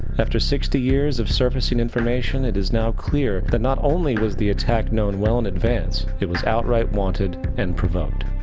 after sixty years of surfacing information, it is clear that not only was the attack known weel in advance, it was outright wanted and provoked.